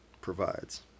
provides